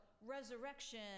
resurrection